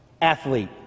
athlete